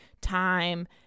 time